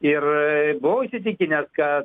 ir buvau įsitikinęs kad